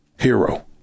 hero